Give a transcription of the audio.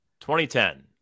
2010